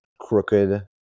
crooked